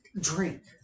Drink